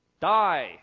die